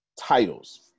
titles